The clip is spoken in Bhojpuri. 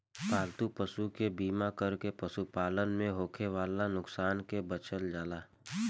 पालतू पशु के बीमा कर के पशुपालन में होखे वाला नुकसान से बचल जाला